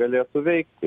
galėtų veikti